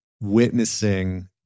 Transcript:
witnessing